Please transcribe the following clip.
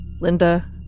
Linda